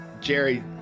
Jerry